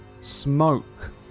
smoke